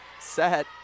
set